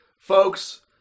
folks